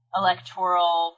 electoral